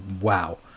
wow